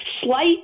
slight